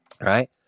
Right